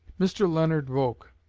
mr. leonard volk,